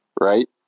right